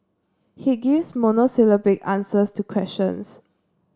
he gives monosyllabic answers to questions